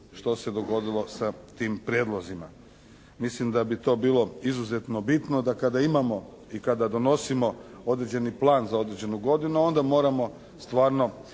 što se dogodilo sa tim prijedlozima. Mislim da bi to bilo izuzetno bitno da kada imamo i kada donosimo određeni plan za određenu godinu onda moramo stvarno